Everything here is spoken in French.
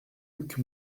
luc